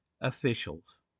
officials